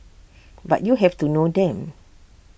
but you have to know them